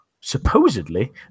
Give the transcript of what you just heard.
supposedly